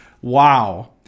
Wow